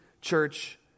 church